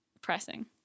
pressing